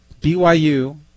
BYU